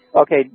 Okay